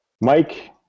Mike